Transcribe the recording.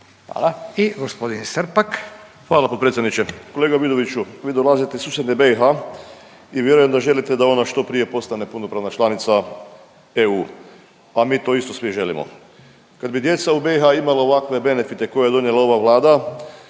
**Srpak, Dražen (HDZ)** Hvala potpredsjedniče. Kolega Vidoviću vi dolazite iz susjedne BiH i vjerujem da želite da ona što prije postane punopravna članica EU, a mi to isto svi želimo. Kad bi djeca u BiH imala ovakve benefite koje je donijela ova Vlada